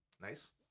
Nice